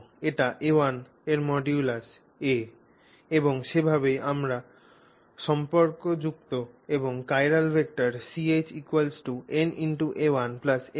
এটি a1 এর modulus a এবং সেভাবেই তারা সম্পর্কযুক্ত এবং চিরাল ভেক্টর Ch n×a1m×a1